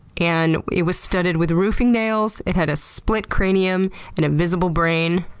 and it was studded with roofing nails. it had a split cranium and a visible brain.